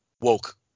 woke